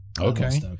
Okay